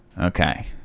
Okay